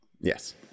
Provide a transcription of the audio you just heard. yes